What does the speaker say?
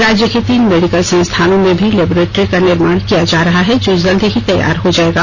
राज्य के तीन मेडिकल संस्थानों में भी लैबोरेट्री का निर्माण कराया जा रहा है जो जल्द ही तैयार हो जाएगा